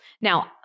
Now